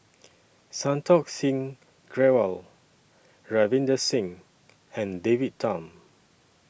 Santokh Singh Grewal Ravinder Singh and David Tham